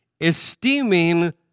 Esteeming